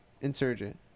Insurgent